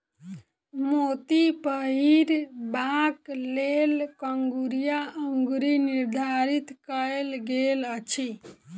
मोती पहिरबाक लेल कंगुरिया अंगुरी निर्धारित कयल गेल अछि